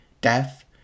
death